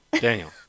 Daniel